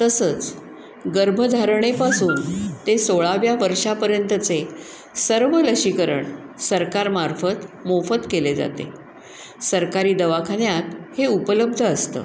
तसंच गर्भधारणेपासून ते सोळाव्या वर्षापर्यंतचे सर्व लसीकरण सरकारमार्फत मोफत केले जाते सरकारी दवाखान्यात हे उपलब्ध असतं